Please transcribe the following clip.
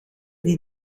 die